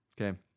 okay